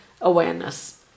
awareness